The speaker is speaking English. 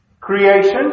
Creation